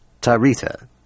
Tarita